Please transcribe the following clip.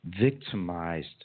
victimized